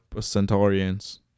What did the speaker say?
Centaurians